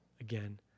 again